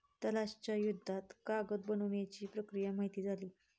तलाश च्या युद्धात कागद बनवण्याची प्रक्रिया माहित झाली